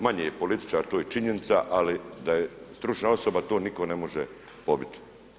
Manje je političar to je činjenica, ali da je stručna osoba to niko ne može pobiti.